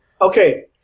Okay